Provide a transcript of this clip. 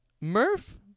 Murph